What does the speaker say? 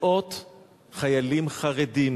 מאות חיילים חרדים